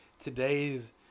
today's